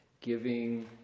giving